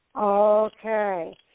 Okay